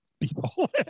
People